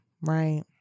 Right